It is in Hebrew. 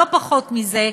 לא פחות מזה,